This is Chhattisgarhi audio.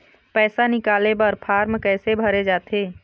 पैसा निकाले बर फार्म कैसे भरे जाथे?